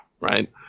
right